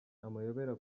amayobera